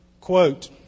quote